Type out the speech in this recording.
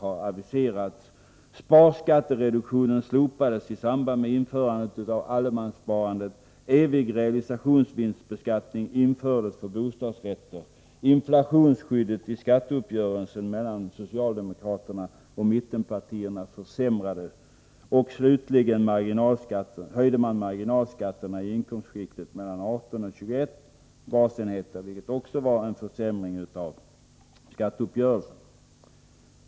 Marginalskatterna höjdes i inkomstskiktet mellan 18 och 21 basenheter, vilket också var en försämring av skatteuppgörelsen.